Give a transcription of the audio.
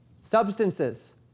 substances